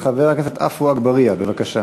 חבר הכנסת עפו אגבאריה, בבקשה.